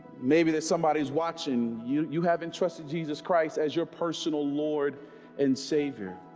maybe that somebody's watching you. you haven't trusted jesus christ as your personal lord and savior